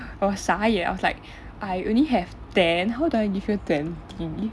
我傻眼 I was like I only have ten how do I give you twenty